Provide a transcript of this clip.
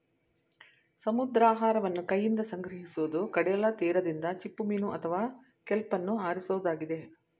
ಸಮುದ್ರಾಹಾರವನ್ನು ಕೈಯಿಂದ ಸಂಗ್ರಹಿಸೋದು ಕಡಲತೀರದಿಂದ ಚಿಪ್ಪುಮೀನು ಅಥವಾ ಕೆಲ್ಪನ್ನು ಆರಿಸೋದಾಗಿದೆ